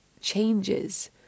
changes